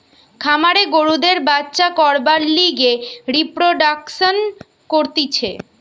খামারে গরুদের বাচ্চা করবার লিগে রিপ্রোডাক্সন করতিছে